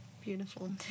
beautiful